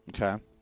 Okay